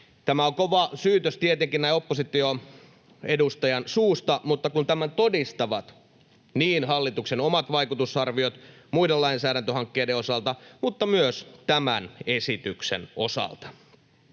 Tämä on kova syytös tietenkin näin opposition edustajan suusta, mutta kun tämän todistavat niin hallituksen omat vaikutusarviot muiden lainsäädäntöhankkeiden osalta, mutta myös tämän esityksen osalta.